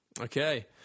Okay